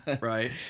right